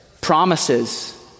promises